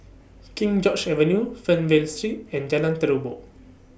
King George's Avenue Fernvale Street and Jalan Terubok